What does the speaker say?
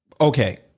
Okay